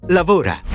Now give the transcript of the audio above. lavora